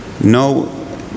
no